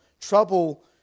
trouble